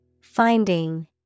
Finding